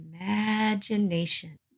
imagination